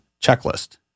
checklist